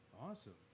Awesome